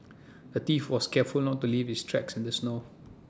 A thief was careful not to leave his tracks in the snow